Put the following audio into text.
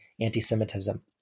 anti-Semitism